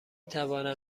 توانم